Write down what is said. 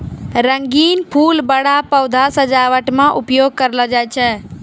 रंगीन फूल बड़ा पौधा सजावट मे उपयोग करलो जाय छै